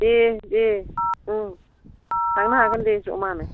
दे दे उम थांनो हागोन दे जमानो